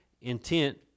intent